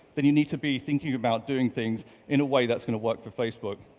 then you need to be thinking about doing things in a way that's gonna work for facebook.